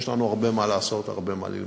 יש לנו הרבה מה לעשות, הרבה מה ללמוד.